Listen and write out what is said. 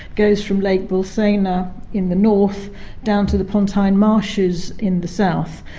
goes from lake bolsena in the north down to the pontine marshes in the south.